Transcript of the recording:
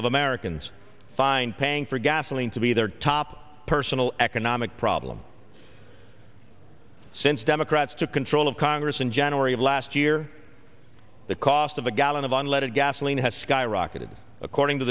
of americans find paying for gasoline to be their top personal economic problem since democrats took control of congress in january of last year the cost of a gallon of unleaded gasoline has skyrocketed according to